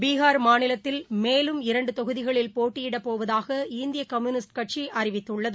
பீகார் மாநிலத்தில் மேலும் இரண்டுதொகுதிகளில் போட்டியிடப் போவதாக இந்தியகம்யூனிஸ்ட் கட்சிஅறிவித்துள்ளது